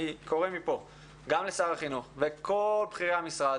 אני קורא מפה גם לשר החינוך ולכל בכירי המשרד